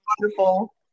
wonderful